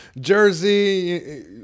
Jersey